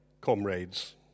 comrades